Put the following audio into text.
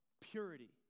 purity